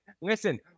listen